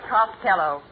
Costello